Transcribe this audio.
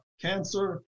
cancer